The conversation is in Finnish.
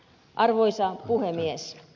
arvoisa puhemies